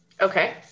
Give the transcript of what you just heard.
okay